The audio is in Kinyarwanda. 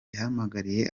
yahamagariye